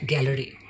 Gallery